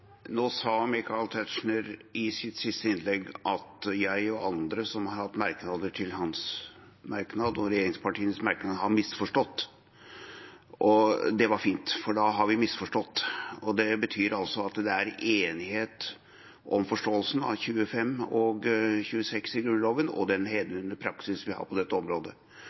Nå, i sitt siste innlegg, sa Michael Tetzschner at jeg og andre som har hatt merknader til regjeringspartienes merknad, har misforstått. Det er fint, for da har vi misforstått. Det betyr altså at det er enighet om forståelsen av §§ 25 og 26 i Grunnloven og den hevdvunne praksisen vi har på dette området.